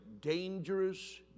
dangerous